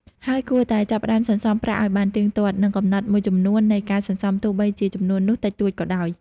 ហើយគួរតែ ចាប់ផ្ដើមសន្សំប្រាក់ឱ្យបានទៀងទាត់ និងកំណត់ចំនួននៃការសន្សំ ទោះបីជាចំនួននោះតិចតួចក៏ដោយ។